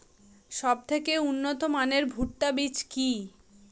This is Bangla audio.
সবথেকে উন্নত মানের ভুট্টা বীজ কি?